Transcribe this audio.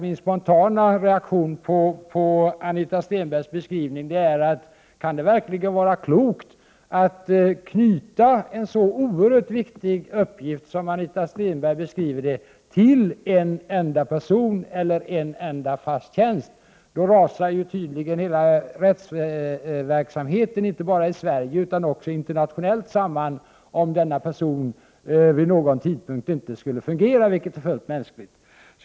Min spontana reaktion på Anita Stenbergs beskrivning är om det kan vara klokt att knyta en så oerhört viktig uppgift, som Anita Stenberg beskriver den, till en enda person eller en enda fast tjänst. Hela rättsverksamheten rasar samman, inte bara i Sverige utan också internationellt, om denna person vid någon tidpunkt inte skulle fungera — vilket är fullt mänskligt.